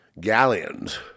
galleons